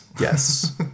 Yes